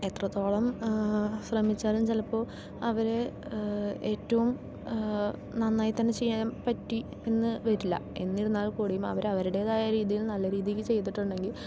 എത്രത്തോളം ശ്രമിച്ചാലും ചിലപ്പോൾ അവർ ഏറ്റവും നന്നായി തന്നേ ചെയ്യാൻ പറ്റി എന്ന് വരില്ല എന്നിരുന്നാൽ കൂടിയും അവരവരുടേതായ രീതിയിൽ നല്ല രീതിയിൽ ചെയ്തിട്ടുണ്ടെങ്കിൽ